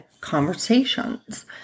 conversations